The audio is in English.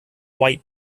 white